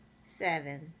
Seven